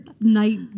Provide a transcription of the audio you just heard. night